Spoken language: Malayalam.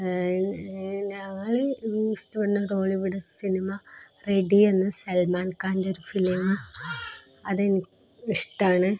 ഞങ്ങള് ഇഷ്ടപ്പെടുന്ന ബോളിവുഡ് സിനിമ സൽമാൻ ഖാൻ്റെ ഒരു ഫിലിം അതെനിക്ക് ഇഷ്ടമാണ്